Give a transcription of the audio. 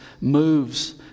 moves